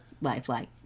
lifelike